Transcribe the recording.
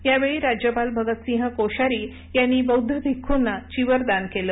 यावेळी राज्यपाल भगत सिंह कोश्यारी यांनी बौद्ध भिखुना चिवर दान केलं